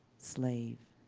slave.